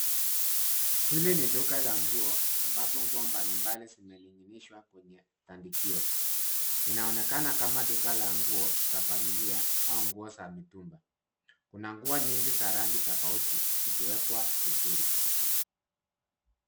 Hili ni duka ambapo nguo mbalimbali zimening'inishwa kwenye tandikio. Inaonekana Kama duka la nguo za familia au nguo za mitumba. Kuna nguo nyingi za rangi tofauti zikiwekwa vizuri.